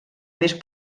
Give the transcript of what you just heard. més